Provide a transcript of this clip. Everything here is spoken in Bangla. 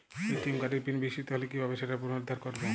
এ.টি.এম কার্ডের পিন বিস্মৃত হলে কীভাবে সেটা পুনরূদ্ধার করব?